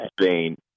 Spain